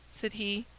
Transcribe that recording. said he,